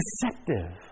deceptive